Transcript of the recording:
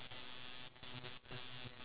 iya true